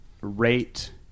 rate